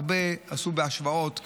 הרבה עשו השוואות,